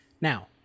Now